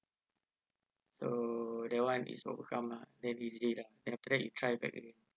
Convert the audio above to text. so that one is overcome lah very easy lah then after that you try back again